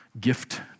Gift